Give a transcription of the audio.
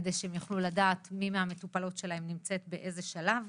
על מנת שהם יוכלו לדעת מי מהמטופלות שלהן נמצאת באיזה שלב.